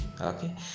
okay